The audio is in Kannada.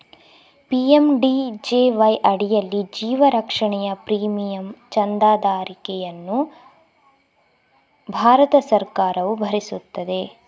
ಪಿ.ಎಮ್.ಡಿ.ಜೆ.ವೈ ಅಡಿಯಲ್ಲಿ ಜೀವ ರಕ್ಷಣೆಯ ಪ್ರೀಮಿಯಂ ಚಂದಾದಾರಿಕೆಯನ್ನು ಭಾರತ ಸರ್ಕಾರವು ಭರಿಸುತ್ತದೆ